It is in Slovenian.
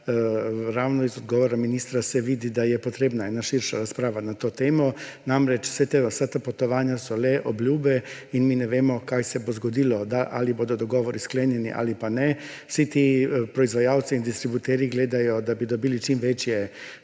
ravno iz odgovora ministra se vidi, da je potrebna širša razprava na to temo. Namreč, vsa ta potovanja so le obljube in mi ne vemo, kaj se bo zgodilo, ali bodo dogovori sklenjeni ali pa ne. Vsi ti proizvajalci in distributerji gledajo, da bi dobili čim večje